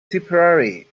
tipperary